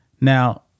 Now